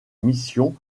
mission